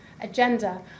agenda